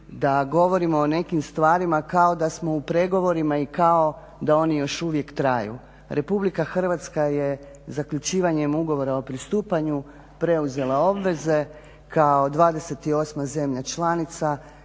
da govorimo o nekim stvarima kao da smo u pregovorima i kao da oni još uvijek traju. Republika Hrvatska je zaključivanjem ugovora o pristupanju preuzela obveze kao 28. zemlja članica